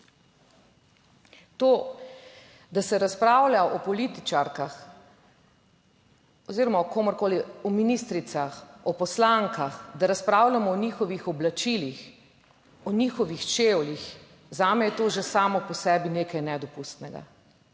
To, da se razpravlja o političarkah oziroma o komerkoli, o ministricah, o poslankah, da razpravljamo o njihovih oblačilih, o njihovih čevljih, zame je to že samo po sebi nekaj nedopustnega.